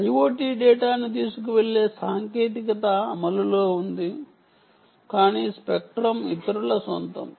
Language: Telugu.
IoT డేటాను తీసుకువెళ్ళే సాంకేతికత అమలులో ఉంది కానీ స్పెక్ట్రం ఇతరుల సొంతం